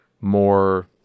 More